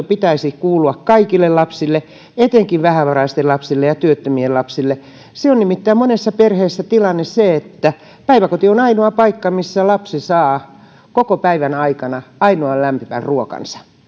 pitäisi kuulua kaikille lapsille etenkin vähävaraisten lapsille ja työttömien lapsille nimittäin monessa perheessä tilanne on se että päiväkoti on ainoa paikka missä lapsi saa koko päivän aikana lämpimän ruokansa